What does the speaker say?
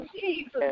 Jesus